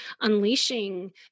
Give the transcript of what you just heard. unleashing